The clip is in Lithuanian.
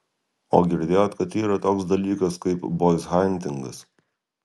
o girdėjot kad yra toks dalykas kaip boizhantingas